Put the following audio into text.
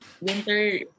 winter